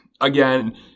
again